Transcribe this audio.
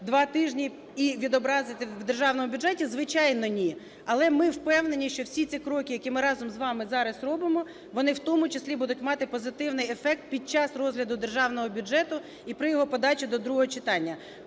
два тижні і відобразити в державному бюджеті? Звичайно ні. Але ми впевнені, що всі ці кроки, які ми разом з вами зараз робимо, вони в тому числі будуть мати позитивний ефект під час розгляду державного бюджету і при його подачі до другого читання.